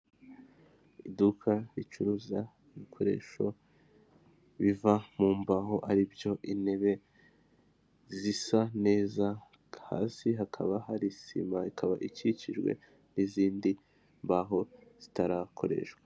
Iduka ricuruza ibikoresho biva mu mbaho, ari byo intebe zisa neza, hasi hakaba hari sima, ikaba ikikijwe n'izindi mbaho zitarakoreshwa.